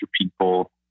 people